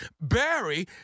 Barry